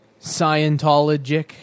Scientologic